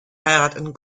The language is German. heirateten